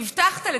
הבטחת לתקן,